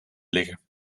liggen